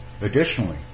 Additionally